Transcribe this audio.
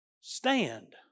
stand